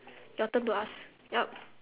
your turn to ask yup